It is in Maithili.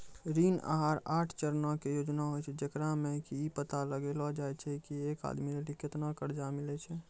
ऋण आहार आठ चरणो के योजना होय छै, जेकरा मे कि इ पता लगैलो जाय छै की एक आदमी लेली केतना कर्जा मिलै छै